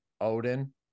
Odin